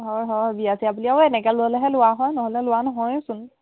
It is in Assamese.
হয় হয় বিয়াচিয়া আপুনি আৰু এনেকে ল'লেহে লোৱা হয় নহ'লে লোৱা নহয়চোন